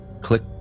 Click